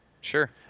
Sure